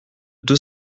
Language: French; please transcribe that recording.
deux